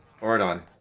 Ordon